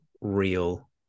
real